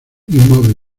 inmóvil